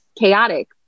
chaotic